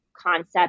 concept